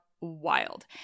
wild